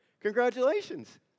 Congratulations